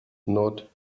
not